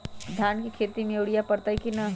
धान के खेती में यूरिया परतइ कि न?